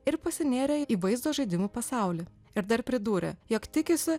ir pasinėrė į vaizdo žaidimų pasaulį ir dar pridūrė jog tikisi